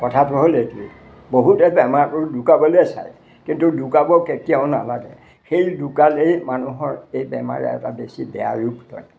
কথাটো হ'ল এইটোৱেই বহুতে বেমাৰটো লুকুৱাবলৈ চায় কিন্তু লুকুৱাব কেতিয়াও নালাগে সেই লুকুৱালেই মানুহৰ এই বেমাৰে এটা বেছি বেয়া ৰূপ লয়